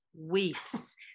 weeks